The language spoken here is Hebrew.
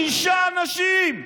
שישה אנשים.